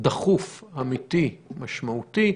דחוף אמיתי משמעותי,